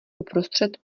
uprostřed